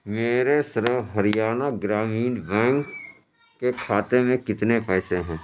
میرے سرو ہریانہ گرامین بینک کے کھاتے میں کتنے پیسے ہیں